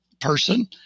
person